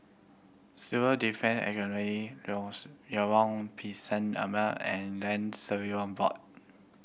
Civil Defence Academy Lorong Pisang Ema and Land Surveyor Board